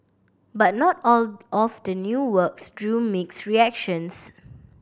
but not all all of the new works drew mixed reactions